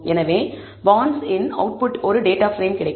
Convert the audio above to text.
எனவே பாண்ட்ஸ் இன் அவுட்புட் ஒரு டேட்டா பிரேம் கிடைக்கும்